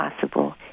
possible